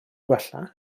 gwella